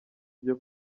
byo